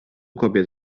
kobiet